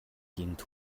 гэнэт